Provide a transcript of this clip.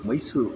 Mysuru